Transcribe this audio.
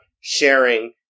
sharing